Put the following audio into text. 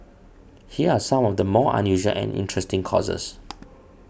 here are some of the more unusual and interesting courses